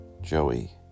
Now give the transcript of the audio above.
Joey